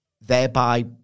thereby